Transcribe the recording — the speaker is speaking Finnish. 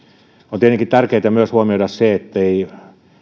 on tietenkin tärkeätä myös huomioida se ettei